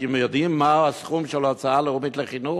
אתם יודעים מה הסכום של ההוצאה הלאומית על חינוך,